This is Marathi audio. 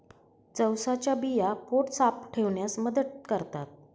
जवसाच्या बिया पोट साफ ठेवण्यास मदत करतात